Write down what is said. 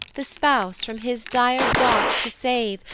the spouse from his dire dart to save,